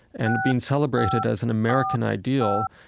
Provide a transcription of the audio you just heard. and being celebrated as an american ideal,